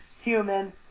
human